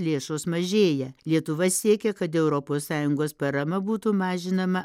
lėšos mažėja lietuva siekia kad europos sąjungos parama būtų mažinama